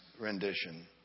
rendition